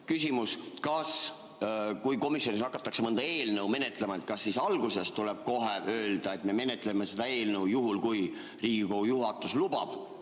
Küsimus: kui komisjonis hakatakse mõnda eelnõu menetlema, siis kas alguses tuleb kohe öelda, et me menetleme seda eelnõu juhul, kui Riigikogu juhatus lubab,